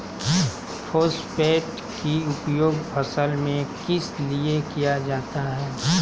Phosphate की उपयोग फसल में किस लिए किया जाता है?